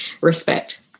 respect